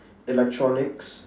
electronics